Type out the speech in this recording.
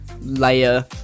layer